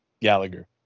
Gallagher